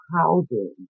housing